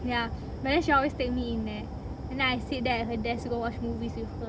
ya but then she always take me in there and then I sit there at her desk go watch movies with her